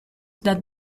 that